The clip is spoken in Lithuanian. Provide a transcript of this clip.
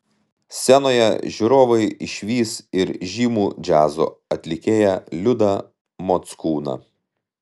scenoje žiūrovai išvys ir žymų džiazo atlikėją liudą mockūną